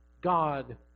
God